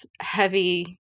heavy